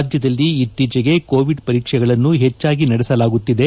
ರಾಜ್ಯದಲ್ಲಿ ಇತ್ತೀಚೆಗೆ ಕೋವಿಡ್ ಪರೀಕ್ಷೆಗಳನ್ನು ಹೆಚ್ಚಾಗಿ ನಡೆಸಲಾಗುತ್ತಿದೆ